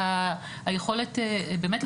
היכולת באמת,